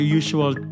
usual